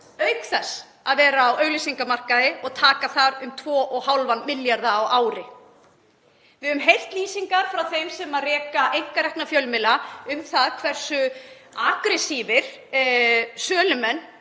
auk þess að vera á auglýsingamarkaði og taka þar um 2,5 milljarða á ári. Við höfum heyrt lýsingar frá þeim sem reka einkarekna fjölmiðla á því hversu agressífir sölumenn